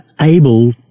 Able